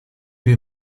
più